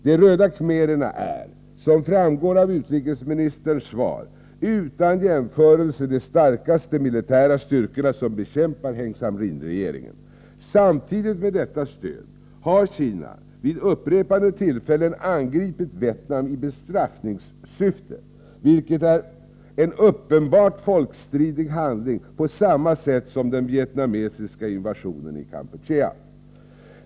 De röda khmererna är, som framgår av utrikesministerns svar, utan jämförelse de starkaste militära styrkor som bekämpar Heng Samrin-regeringen. Samtidigt med detta stöd har Kina vid upprepade tillfällen angripit Vietnam i bestraffningssyfte, vilket är en uppenbart folkrättsstridig handling, på samma sätt som den vietnamesiska invasionen i Kampuchea.